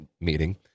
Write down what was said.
meeting